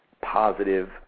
positive